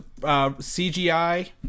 CGI